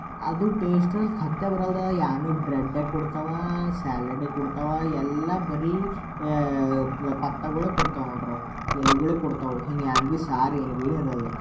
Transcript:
ಅದು ಟೇಸ್ಟಲ್ಲಿ ಖತ್ತೆ ಬರಲ್ಲ ಏನು ಬ್ರೆಡ್ಡೆ ಕೊಡ್ತಾವೆ ಸ್ಯಾಲಡ್ಡೇ ಕೊಡ್ತಾವೆ ಎಲ್ಲ ಬರೀ ಪತ್ತಾಗಳೇ ಕೊಡ್ತಾವೆ ನೋಡ್ರವು ಎಲೆಗಳೇ ಕೊಡ್ತಾವೆ ಹಿಂಗೆ ಏನು ಭೀ ಸಾರ ಏನೂ ಭೀನೇ ಇರಲ್ದು